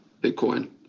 Bitcoin